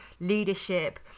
leadership